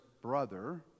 brother